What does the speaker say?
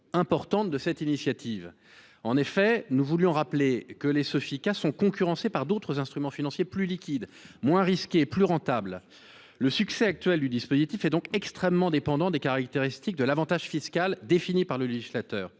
conséquences de cette initiative. Pour rappel, les Sofica sont concurrencées par d’autres instruments financiers plus liquides, moins risqués, plus rentables. Le succès actuel du dispositif est donc extrêmement dépendant des caractéristiques de l’avantage fiscal défini par le législateur.